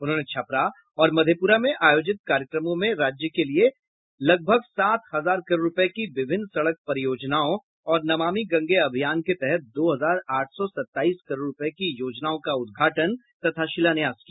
उन्होंने छपरा और मधेपुरा में आयोजित कार्यक्रमों में राज्य के लिये लगभग सात हजार करोड़ रूपये की विभिन्न सड़क परियोजनाओं और नमामि गंगे अभियान के तहत दो हजार आठ सौ सताईस करोड़ रूपये की योजनाओं का उद्घाटन तथा शिलान्यास किया